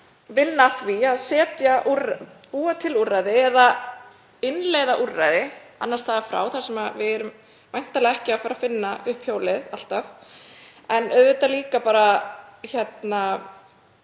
vinna að því að búa til úrræði eða innleiða úrræði annars staðar frá þar sem við erum væntanlega ekki að fara að finna upp hjólið alltaf, en auðvitað líka að gera